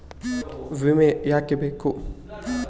ವಿಮೆ ಯಾಕೆ ಬೇಕು?